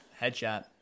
Headshot